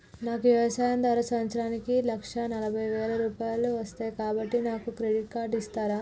నాకు వ్యవసాయం ద్వారా సంవత్సరానికి లక్ష నలభై వేల రూపాయలు వస్తయ్, కాబట్టి నాకు క్రెడిట్ కార్డ్ ఇస్తరా?